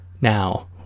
Now